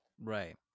Right